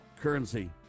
currency